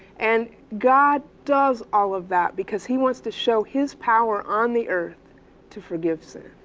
and god does all of that because he wants to show his power on the earth to forgive sin.